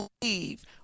believe